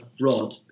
rod